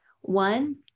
one